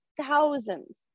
Thousands